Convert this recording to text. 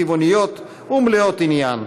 צבעוניות ומלאות עניין.